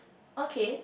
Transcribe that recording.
okay